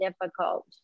difficult